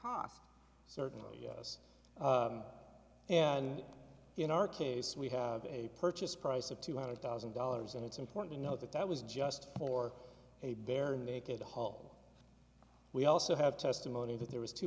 cost certainly yes and in our case we have a purchase price of two hundred thousand dollars and it's important to note that that was just for a barenaked halt we also have testimony that there was two